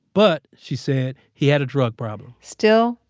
but she said he had a drug problem still,